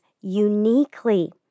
uniquely